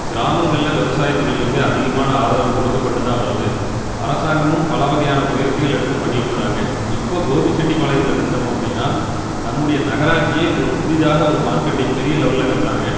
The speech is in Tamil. கிராமங்களில் விவசாயத் தொழிலுக்கு அதிகமான ஆதரவு கொடுக்கப்பட்டு தான் வருது அரசாங்கமும் பல வகையான முயற்சிகள் எடுத்து பண்ணிட்டு வர்றாங்க இப்போது கோபிச்செட்டிபாளையத்தில் எடுத்துட்டோம் அப்படினால் நம்முடைய நகராட்சியே ஒரு புதிதாக ஒரு மார்க்கெட்டை பெரிய லெவெலில் கட்டுறாங்க